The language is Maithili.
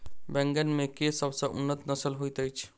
बैंगन मे केँ सबसँ उन्नत नस्ल होइत अछि?